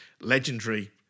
legendary